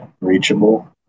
reachable